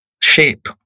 shape